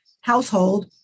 household